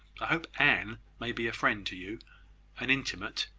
i hope anne may be a friend to you an intimate.